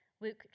Luke